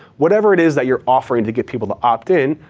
whatever it is that you're offering to get people to opt in,